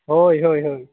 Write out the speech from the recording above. ᱦᱳᱭ ᱦᱳᱭ ᱦᱳᱭ